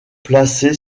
placé